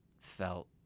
felt